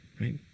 Right